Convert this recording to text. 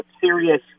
serious